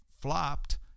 flopped